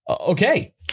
Okay